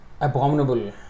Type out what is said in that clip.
abominable